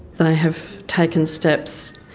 they have taken steps,